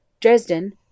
Dresden—